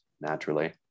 naturally